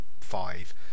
five